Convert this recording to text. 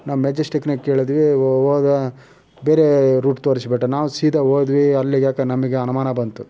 ನಾವು ಮೆಜೆಸ್ಟಿಕ್ದಾಗ ಕೇಳಿದ್ವಿ ಒ ಅವಾಗ ಬೇರೆ ರೂಟ್ ತೋರಿಸ್ಬಿಟ್ಟ ನಾವು ಸೀದಾ ಹೋದ್ವಿ ಅಲ್ಲಿಗೆ ಯಾಕೋ ನಮಗ ಅನುಮಾನ ಬಂತು